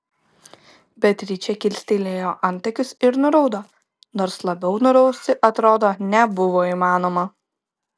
beatričė kilstelėjo antakius ir nuraudo nors labiau nurausti atrodo nebuvo įmanoma